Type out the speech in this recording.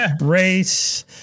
race